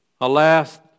Alas